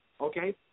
okay